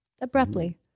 Abruptly